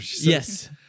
Yes